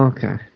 Okay